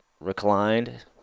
reclined